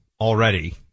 already